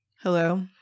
Hello